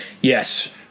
Yes